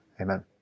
Amen